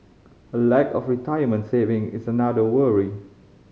a lack of retirement saving is another worry